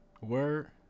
Word